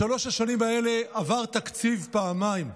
בשלוש השנים האלה עבר תקציב פעמיים.